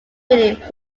meaning